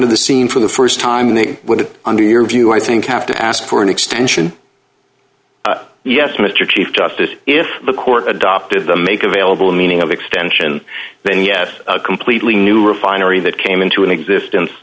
of the scene for the st time they would under your view i think have to ask for an extension yes mr chief justice if the court adopted the make available meaning of extension then yes completely new refinery that came into existence